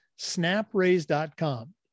snapraise.com